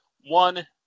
one